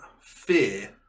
fear